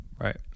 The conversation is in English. right